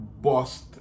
bust